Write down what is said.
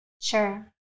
Sure